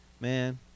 Man